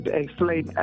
explain